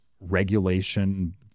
regulation